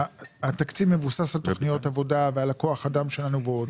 שהתקציב מבוסס על תכניות עבודה ועל כוח האדם שלנו ועוד.